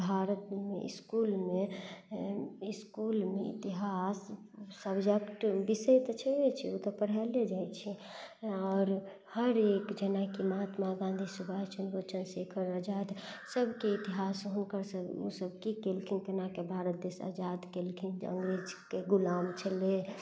भारतमे इसकुलमे इतिहास सब्जेक्ट विषय तऽ छै ओ तऽ पढ़ै ले जाइ छै आओर हरेक जेनाकि महात्मा गाँधी सुभाष चन्द्र बोस चन्द्रशेखर आजाद सबके इतिहास हुनकर सब ओसब की केलखिन केनाके भारत देश आजाद केलखिन जे अंग्रेजके गुलाम छलै